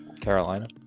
Carolina